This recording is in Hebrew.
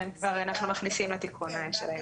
כן, אנחנו כבר מכניסים לתיקון של היום.